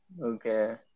Okay